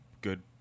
Good